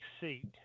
seat